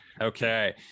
okay